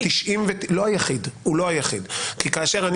כאשר אני